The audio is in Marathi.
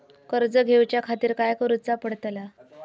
कर्ज घेऊच्या खातीर काय करुचा पडतला?